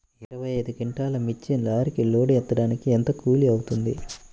ఇరవై ఐదు క్వింటాల్లు మిర్చి లారీకి లోడ్ ఎత్తడానికి ఎంత కూలి అవుతుంది?